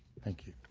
thank you.